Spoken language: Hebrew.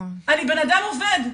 אני בנאדם עובד,